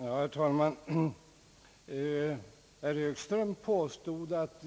Herr talman! Herr Högström påstod att